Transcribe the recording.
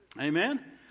Amen